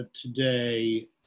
today